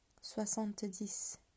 Soixante-dix